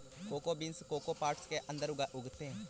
cocoa beans cocoa pods के अंदर उगते हैं